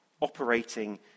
operating